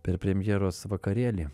per premjeros vakarėlį